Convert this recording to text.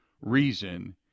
reason